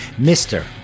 Mr